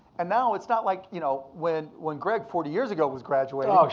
and now it's not like you know when when greg, forty years ago, was graduating. oh,